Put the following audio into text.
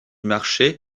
marché